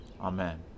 Amen